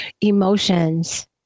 emotions